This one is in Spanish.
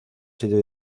sido